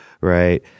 right